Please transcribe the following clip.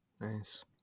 Nice